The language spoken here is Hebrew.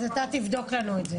אתה תבדוק לנו את זה.